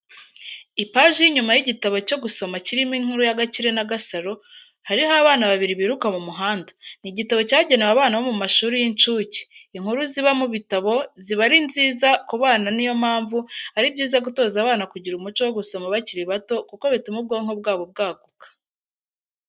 Ipaji y'inyuma y'igitabo cyo gusoma kirimo inkuru ya Gakire na Gasaro, hariho abana babiri biruka mu muhanda, ni igitabo cyagenewe abana bomu mashuri y'insuke. Inkuru ziba mu bitabo ziba ari nziza ku bana niyo mpamvu ari byiza gutoza abana kugira umuco wo gusoma bakiri bato kuko bituma ubwonko bwabo bwaguka